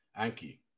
Anki